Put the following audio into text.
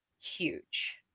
huge